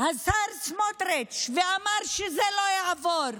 הוא התנגד, השר סמוטריץ', ואמר שזה לא יעבור.